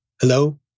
Hello